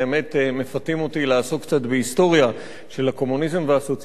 מפתים אותי לעסוק קצת בהיסטוריה של הקומוניזם והסוציאליזם,